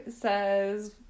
says